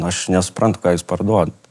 aš nesuprantu ką jūs parduodat